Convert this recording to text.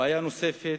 בעיה נוספת